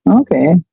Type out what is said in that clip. Okay